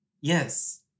Yes